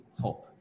hope